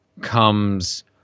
comes